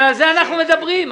על זה אנחנו מדברים.